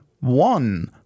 one